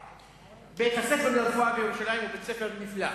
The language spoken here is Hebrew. בית-הספר לרפואה בירושלים הוא בית-ספר נפלא.